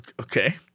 Okay